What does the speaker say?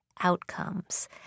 outcomes